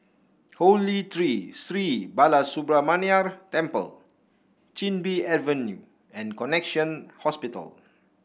Holy Tree Sri Balasubramaniar Temple Chin Bee Avenue and Connexion Hospital